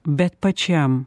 bet pačiam